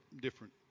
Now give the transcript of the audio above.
different